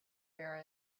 bear